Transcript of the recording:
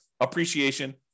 appreciation